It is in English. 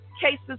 cases